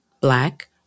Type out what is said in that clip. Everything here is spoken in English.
black